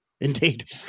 indeed